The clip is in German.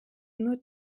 nur